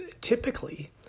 typically